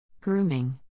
Grooming